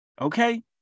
Okay